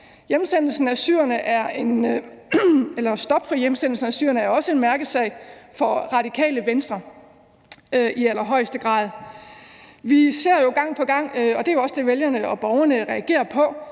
Stop for hjemsendelse af syrerne er også en mærkesag for Radikale Venstre – i allerhøjeste grad. Vi ser jo gang på gang, og det er jo også det, vælgerne og borgerne reagerer på,